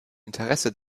interesse